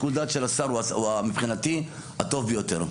שיקול הדעת של השר הוא מבחינתי הטוב ביותר.